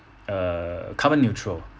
err carbon neutral